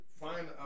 find